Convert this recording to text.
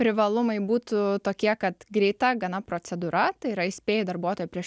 privalumai būtų tokie kad greita gana procedūra tai yra įspėji darbuotoją prieš